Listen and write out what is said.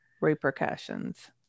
repercussions